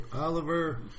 Oliver